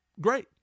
great